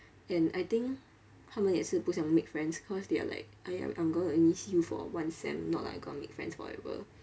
and I think 他们也是不想 make friends cause their like !aiya! I'm going to only see you for one sem not like I'm going to make friends forever